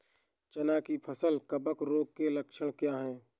चना की फसल कवक रोग के लक्षण क्या है?